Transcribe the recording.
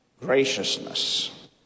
graciousness